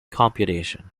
computation